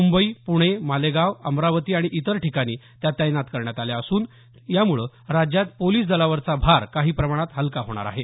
मुंबई पुणे मालेगाव अमरावती आणि इतर ठिकाणी त्या तैनात करण्यात आल्या असून यामुळे राज्यात पोलिस दलावरचा भार काही प्रमाणात हलका होणार आहे